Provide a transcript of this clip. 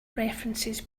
references